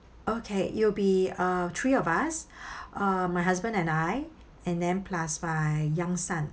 okay it will be uh three of us uh my husband and I and then plus my young son